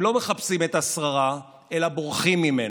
הם לא מחפשים את השררה, אלא בורחים ממנה,